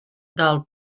del